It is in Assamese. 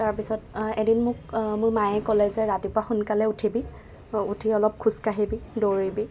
তাৰপিছত এদিন মোক মোৰ মায়ে ক'লে যে ৰাতিপুৱা সোনকালে উঠিবি উঠি অলপ খোজ কাঢ়িবি দৌৰিবি